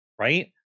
right